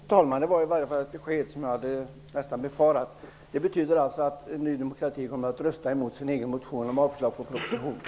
Fru talman! Det var ett besked som jag nästan hade befarat. Det betyder att Ny demokrati kommer att rösta emot sin egen motion om avslag på propositionen.